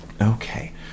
Okay